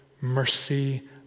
mercy